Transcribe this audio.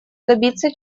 добиться